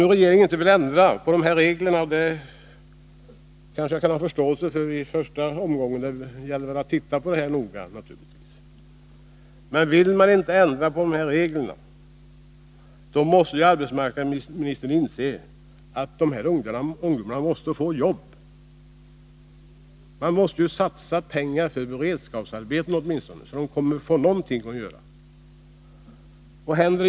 Om regeringen inte vill ändra på gällande regler — och det kan jag kanske ha förståelse för i första omgången, men det gäller ju att noggrant undersöka saken — måste ju arbetsmarknadsministern inse att dessa ungdomar måste få jobb. Man måste satsa pengar åtminstone på beredskapsarbeten, så att de får någonting att göra.